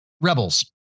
rebels